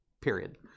period